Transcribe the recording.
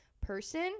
person